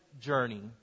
journey